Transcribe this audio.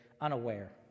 unaware